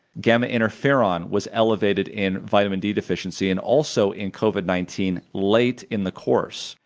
gamma interferon was elevated in vitamin d deficiency and also in covid nineteen late in the course.